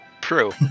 True